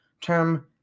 term